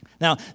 Now